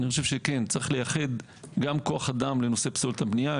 אני חושב שכן צריך לייחד גם כוח אדם לנושא פסולת הבנייה.